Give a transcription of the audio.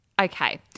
Okay